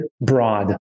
broad